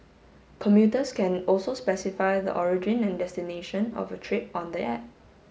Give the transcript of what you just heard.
commuters can also specify the origin and destination of a trip on the app